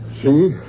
See